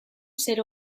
zer